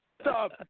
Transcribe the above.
stop